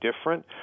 different